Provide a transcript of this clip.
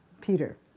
Peter